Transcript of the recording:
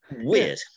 Weird